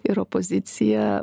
ir opozicija